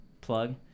plug